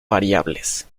variables